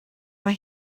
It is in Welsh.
mae